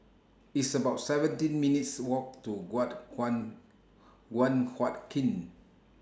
It's about seventeen minutes' Walk to What Kuan Guan Huat Kiln